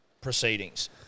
proceedings